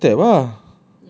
rizal got stabbed ah